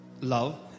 love